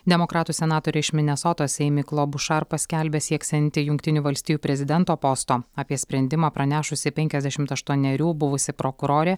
demokratų senatorė iš minesotos eimi klobušar paskelbė sieksianti jungtinių valstijų prezidento posto apie sprendimą pranešusi penkiasdešimt aštuonerių buvusi prokurorė